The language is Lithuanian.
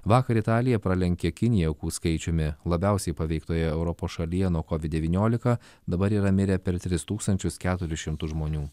vakar italija pralenkė kiniją aukų skaičiumi labiausiai paveiktoje europos šalyje nuo covid devyniolika dabar yra mirę per tris tūkstančius keturis šimtus žmonių